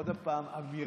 עוד הפעם אמירה,